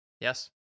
Yes